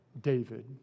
David